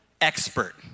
expert